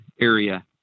area